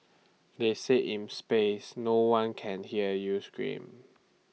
they say in space no one can hear you scream